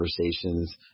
conversations